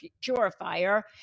purifier